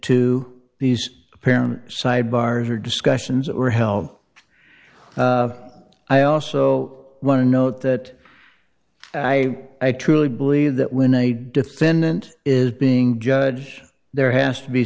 to these apparent side bars or discussions or hell i also want to note that i i truly believe that when a defendant is being judged there has to be